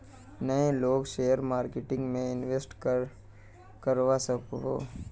नय लोग share marketing में इंवेस्ट करे करवा सकोहो?